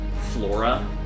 flora